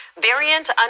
variant